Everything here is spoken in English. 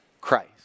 Christ